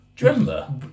Remember